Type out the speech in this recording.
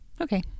Okay